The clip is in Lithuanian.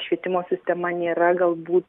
švietimo sistema nėra galbūt